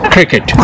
Cricket